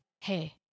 hey